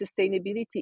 sustainability